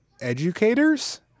educators